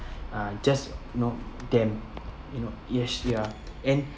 uh just you know them you know yes we are and